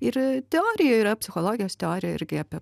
ir teorija yra psichologijos teorija irgi apie